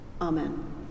Amen